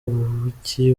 ubuki